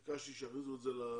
ביקשתי שיכניסו את זה לתקציב